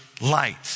light